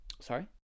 Sorry